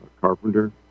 carpenter